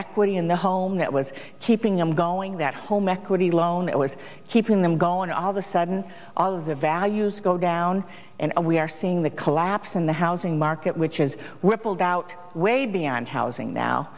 equity in the home that was keeping them going that home equity loan it was keeping them going all the sudden all of the values go down and we are seeing the collapse in the housing market which is rippled out way beyond housing now